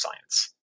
science